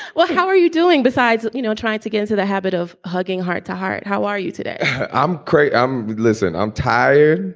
well, how are you doing besides, you know, trying to get into the habit of hugging heart to heart. how are you today? i'm great. listen, i'm tired.